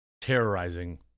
terrorizing